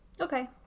Okay